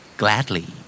gladly